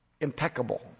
impeccable